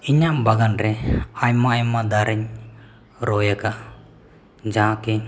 ᱤᱧᱟᱹᱜ ᱵᱟᱜᱟᱱ ᱨᱮ ᱟᱭᱢᱟ ᱟᱭᱢᱟ ᱫᱟᱨᱮᱧ ᱨᱚᱦᱚᱭ ᱟᱠᱟᱫᱼᱟ ᱡᱟᱦᱟᱸ ᱠᱤ